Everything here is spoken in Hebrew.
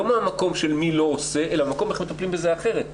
לא מהמקום של מי לא עושה אלא מהמקום של איך מטפלים בזה אחרת,